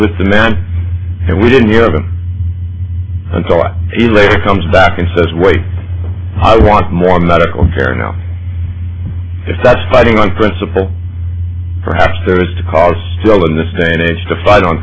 with the man and we didn't have a until i later comes back and says wait i want more medical care now if that's fighting on principle perhaps there is to cause still in this day and age to fight on